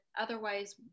otherwise